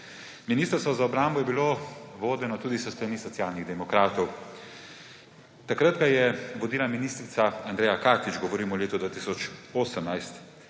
Ministrstvo za obrambo je bilo vodeno tudi s strani Socialnih demokratov. Takrat ga je vodila ministrica Andreja Katič, govorim o letu 2018,